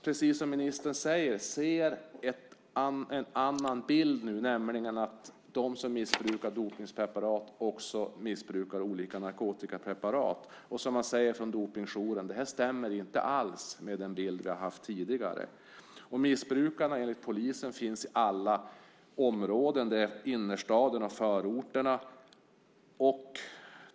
Precis som ministern säger ser man nu en annan bild, nämligen att de som missbrukar dopningspreparat också missbrukar olika narkotikapreparat. Dopingjouren säger att detta inte alls stämmer med den bild man har haft tidigare. Enligt polisen finns missbrukarna i alla områden - innerstaden och förorterna.